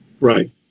Right